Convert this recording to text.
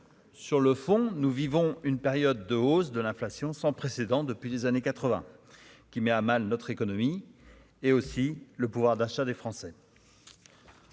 sur le fond, nous vivons une période de hausse de l'inflation sans précédent depuis des années 80 qui met à mal notre économie et aussi le pouvoir d'achat des Français.